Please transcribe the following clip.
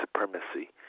supremacy